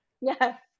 Yes